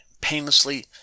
painlessly